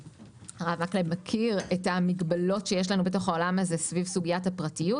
הרב מקלב מכיר את המגבלות שיש לנו בתוך העולם הזה סביב סוגיית הפרטיות,